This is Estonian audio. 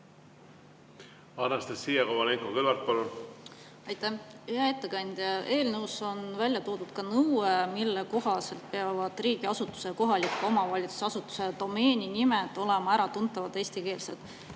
Anastassia Kovalenko-Kõlvart, palun! Aitäh! Hea ettekandja! Eelnõus on välja toodud nõue, mille kohaselt peavad riigiasutuse ja kohaliku omavalitsuse asutuse domeeninimed olema äratuntavalt eestikeelsed.